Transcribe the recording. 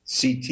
CT